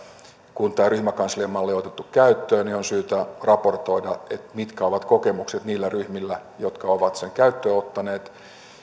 kun tämä ryhmäkansliamalli on otettu käyttöön niin on syytä raportoida mitkä ovat kokemukset niillä ryhmillä jotka ovat sen käyttöön ottaneet